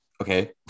Okay